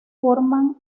forman